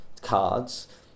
cards